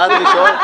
מה הדרישות?